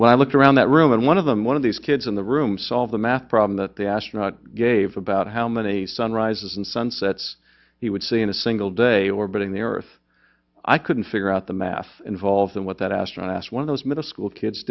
when i looked around that room and one of them one of these kids in the room solve the math problem that the astronaut gave about how many sunrises and sunsets he would see in a single day orbiting the earth i couldn't figure out the math involved and what that astro ass one of those middle school kids